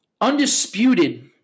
undisputed